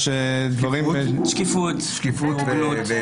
שקיפות, הוגנות.